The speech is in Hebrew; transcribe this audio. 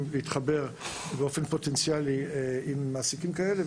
להתחבר באופן פוטנציאלי עם מעסיקים כאלה.